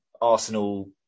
Arsenal